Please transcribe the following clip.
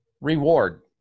reward